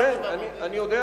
אני יודע,